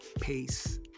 Peace